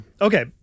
Okay